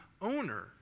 owner